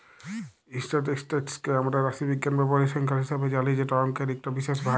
statistics কে আমরা রাশিবিজ্ঞাল বা পরিসংখ্যাল হিসাবে জালি যেট অংকের ইকট বিশেষ ভাগ